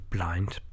Blind